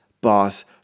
boss